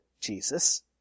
Jesus